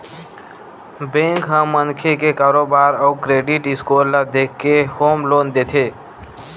bank ह मनखे के कारोबार अउ क्रेडिट स्कोर ल देखके होम लोन देथे